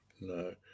no